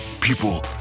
people